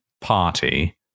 party